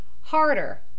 Harder